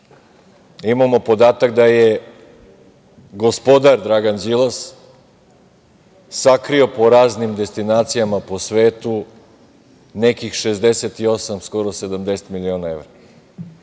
imamo podatak da je gospodar Dragan Đilas sakrio po raznim destinacijama po svetu nekih 68 skoro 70 miliona evra.